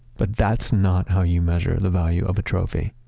but that's not how you measure the value of a trophy.